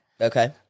Okay